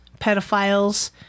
pedophiles